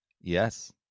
Yes